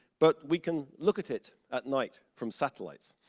but we can look at it at night from satellites,